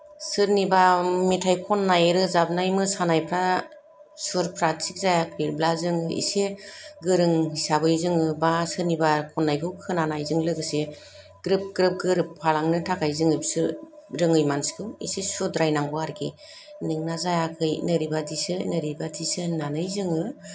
सोरनिबा मेथाइ खननाय रोजाबनाय मोसानायफ्रा सुरफ्रा थिग जायाखैब्ला जों इसे गोरों हिसाबै जोङो बा सोरनिबा खननायखौ खोनानायजों लोगोसे ग्रोब ग्रोब गोरोबफालांनो थाखाय जोङो बिसोर रोङै मानसिखौ इसे सुद्रायनांगौ आरोखि नोंना जायाखै नोरैबायदिसो नेरैबायदिसो होन्नानै जोङो